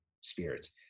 spirits